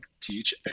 teach